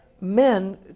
men